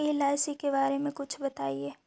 LIC के बारे मे कुछ बताई?